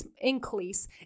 increase